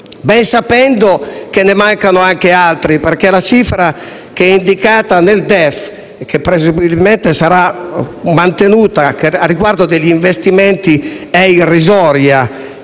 ben sapendo che ne mancano anche altri, perché la cifra indicata nel DEF, che presumibilmente sarà mantenuta, al riguardo degli investimenti è irrisoria,